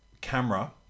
camera